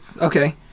okay